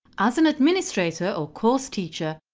as an administrator or course teacher,